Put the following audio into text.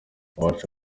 iwacu